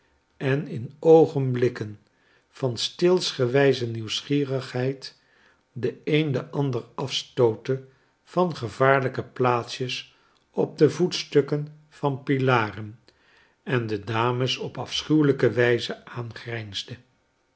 en in oogenblikken van steelswijze nieuwsgierigheid de een den ander afstootte van gevaarlijke plaatsjes op de voetstukken van pilaren en de dames op afschuwelijke wyze aangrijnsde